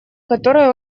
которой